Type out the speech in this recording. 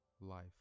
life